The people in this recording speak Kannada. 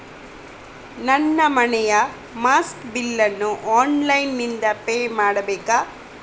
ನನ್ನ ಮನೆಯ ಮೆಸ್ಕಾಂ ಬಿಲ್ ಅನ್ನು ಆನ್ಲೈನ್ ಇಂದ ಪೇ ಮಾಡ್ಬೇಕಾ?